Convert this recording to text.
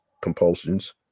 compulsions